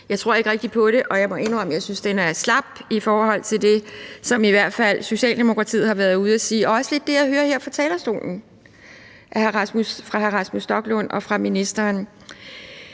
Jeg tror ikke rigtig på det, og jeg må indrømme, at jeg synes, det er slapt i forhold til det, som i hvert fald Socialdemokratiet har været ude at sige, og det er også lidt det, jeg hører her fra talerstolen, fra hr. Rasmus Stoklund og fra ministeren.